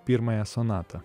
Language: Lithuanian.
pirmąją sonatą